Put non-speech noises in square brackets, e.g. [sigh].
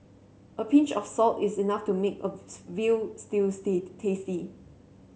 a pinch of salt is enough to make a [unintelligible] veal stew [unintelligible] tasty